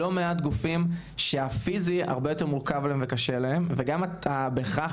לא מעט גופים שהפיזי הרבה יותר מורכב וקשה להם וגם בהכרח